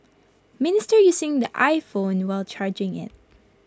minister using the iPhone while charging IT